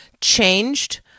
changed